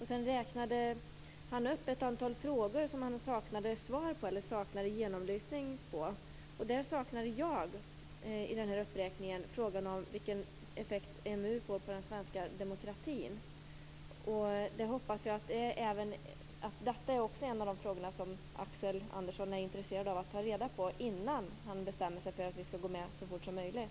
Han räknade upp ett antal frågor som han saknade en genomlysning av. I den uppräkningen saknade jag frågan om vilken effekt EMU får på den svenska demokratin. Jag hoppas att också det är en av de frågor som Axel Andersson är intresserad av att få reda på svaret på innan han bestämmer sig för att vi skall gå med så fort som möjligt.